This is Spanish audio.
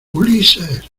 ulises